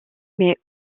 met